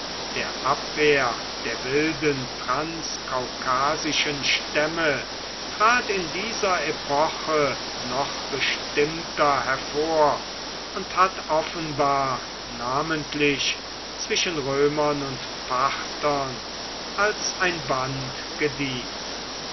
der abwehr der wilden transkaukasischen stämme trat in dieser epoche noch bestimmter hervor und hat offenbar namentlich zwischen römern und parthern als ein band gedient